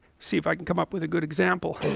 see if i can come up with good example